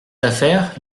affaires